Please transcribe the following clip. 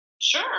Sure